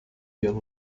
viren